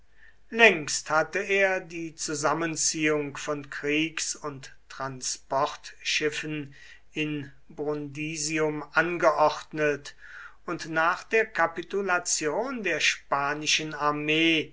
längst hatte er die zusammenziehung von kriegs und transportschiffen in brundisium angeordnet und nach der kapitulation der spanischen armee